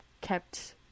kept